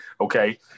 okay